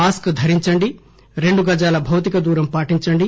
mask ధరించండి రెండు గజాల భౌతిక దూరం పాటించండి